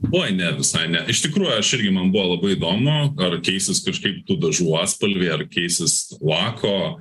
oi ne visai ne iš tikrųjų aš irgi man buvo labai įdomu ar keisis kažkaip tų dažų atspalviai ar keisis lako